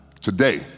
today